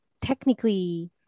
technically